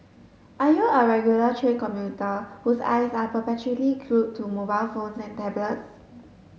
are you a regular train commuter whose eyes are perpetually glue to mobile phones and tablets